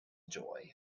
joy